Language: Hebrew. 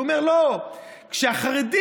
הוא אומר: לא, כשהחרדים